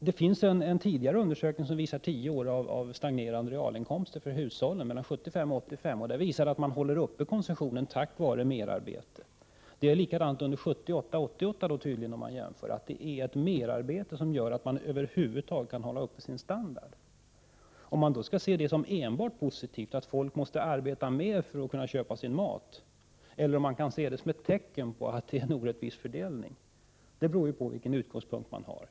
Det finns en tidigare undersökning som visar tio år, 1975—1985, av stagnerande realinkomster för hushållen. Undersökningen visar att hushållen håller konsumtionen uppe genom mera arbete. Förhållandet är tydligen detsamma under 1978-1988, dvs. att det är på grund av mer arbete som hushållen kan behålla sin standard. Om man skall se det som enbart positivt att folk måste arbeta mer för att kunna köpa sin mat, eller om man skall se det som ett tecken på att det råder en orättvis fördelning, beror på vilken utgångspunkt man har.